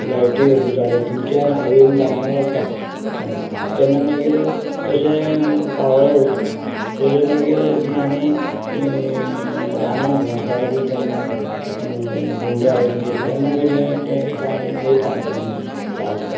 लाययटी ऑफिसा कडेन थंयच्यान हायवे धावंक लागतां हय तेन्ना मागीर तशें पाळोळ्यां वयता थंयच्यान मागीर खंय आमी रानां भोंवपाक बी केन्ना भोंवडी आयली तेन्ना कितें तें काम वयता केन्नाय हांव चालू